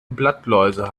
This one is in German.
blattläuse